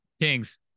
Kings